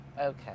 okay